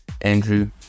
Andrew